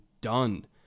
done